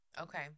okay